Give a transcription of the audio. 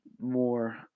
more